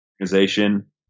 organization